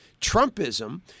Trumpism